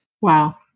Wow